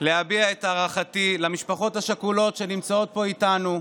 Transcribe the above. אני רוצה להביע את הערכתי למשפחות השכולות שנמצאות פה איתנו.